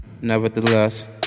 Nevertheless